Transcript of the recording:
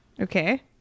Okay